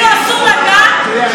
אופ"א אה,